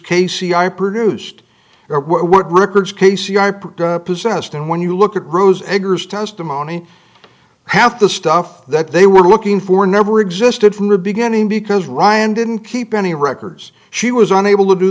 c i produced or what records casey i picked up possessed and when you look at rose eggers testimony half the stuff that they were looking for never existed from the beginning because ryan didn't keep any records she was unable to do